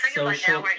social